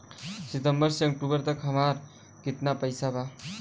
सितंबर से अक्टूबर तक हमार कितना पैसा बा?